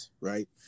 right